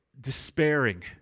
despairing